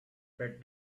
but